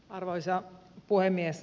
arvoisa puhemies